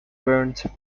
burnt